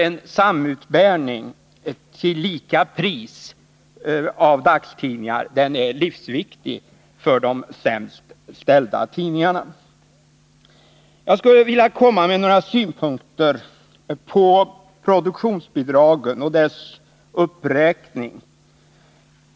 En samutbärning av tidningar till lika pris är livsviktig för de sämst ställda tidningarna. deras uppräkning.